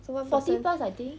so one person